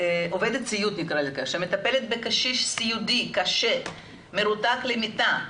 שעובדת סיעוד שמטפלת בקשיש סיעודי קשה שמרותק למיטה,